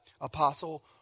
Apostle